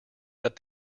that